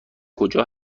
کجا